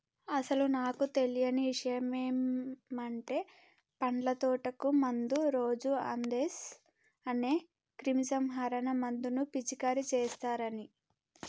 అసలు నాకు తెలియని ఇషయమంటే పండ్ల తోటకు మందు రోజు అందేస్ అనే క్రిమీసంహారక మందును పిచికారీ చేస్తారని